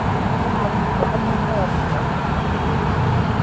இல்லைன்னா நாளைக்கு நான் வரும் போது கூட வாய்ங்க்கிறேன் ம்